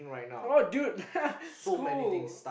oh dude school